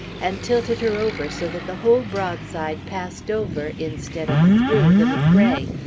and tilted her over so that the whole broadside passed over, instead of through, the mcrae,